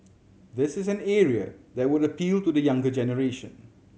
this is an area that would appeal to the younger generation